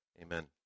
amen